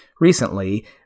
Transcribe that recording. recently